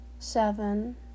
Seven